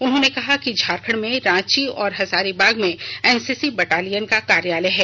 उन्होंने कहा कि झारखंड में रांची और हजारीबाग में एनसीसी बटालियन का कार्यालय है